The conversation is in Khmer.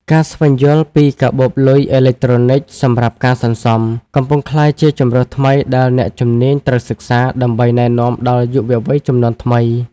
ការស្វែងយល់ពីកាបូបលុយអេឡិចត្រូនិកសម្រាប់ការសន្សំ កំពុងក្លាយជាជម្រើសថ្មីដែលអ្នកជំនាញត្រូវសិក្សា ដើម្បីណែនាំដល់យុវវ័យជំនាន់ថ្មី។